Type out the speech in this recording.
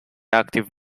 active